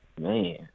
Man